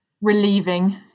relieving